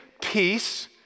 peace